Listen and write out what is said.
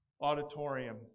auditorium